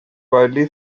widely